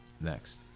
Next